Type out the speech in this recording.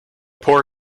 poor